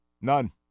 None